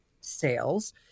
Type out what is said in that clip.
sales